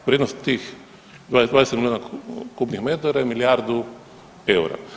Vrijednost tih 20 milijuna kubnih metara je milijardu eura.